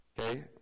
Okay